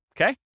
okay